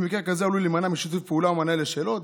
במקרה כזה הוא עלול להימנע משיתוף פעולה ומענה לשאלות",